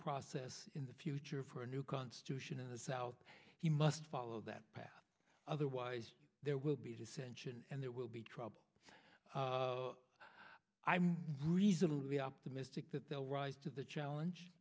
process in the future for a new constitution in the south he must follow that path otherwise there will be dissension and there will be trouble i'm reasonably optimistic that they'll rise to the